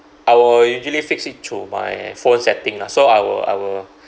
I will usually fix it through my phone setting lah so I will I will